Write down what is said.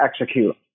execute